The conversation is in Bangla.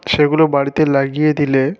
সেগুলো বাড়িতে লাগিয়ে দিলে